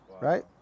Right